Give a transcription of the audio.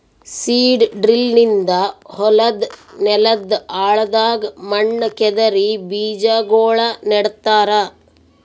seed drill ನಿಂದ ಹೊಲದ್ ನೆಲದ್ ಆಳದಾಗ್ ಮಣ್ಣ ಕೆದರಿ ಬೀಜಾಗೋಳ ನೆಡ್ತಾರ